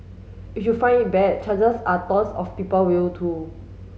if you find it bad chances are tons of people will too